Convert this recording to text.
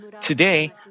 today